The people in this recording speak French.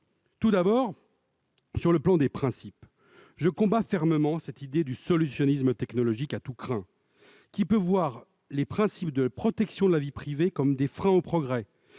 Tout d'abord, sur le plan des principes, je combats fermement cette idée du « solutionnisme » technologique à tous crins, qui peut voir les principes de protection de la vie privée comme des freins au progrès,